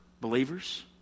believers